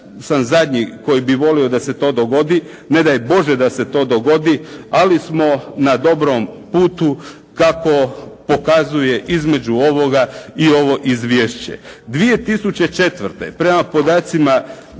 sam zadnji koji bi volio da se to dogodi. Ne daj Bože da se to dogodi, ali smo na dobrom putu kako pokazuje između ovoga i ovo izvješće. 2004. prema podacima